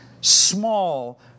small